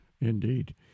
Indeed